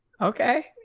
Okay